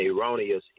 erroneous